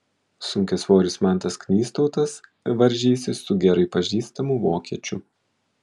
sunkiasvoris mantas knystautas varžysis su gerai pažįstamu vokiečiu